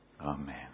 Amen